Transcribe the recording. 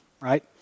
right